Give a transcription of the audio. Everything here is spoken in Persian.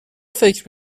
فکر